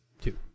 Two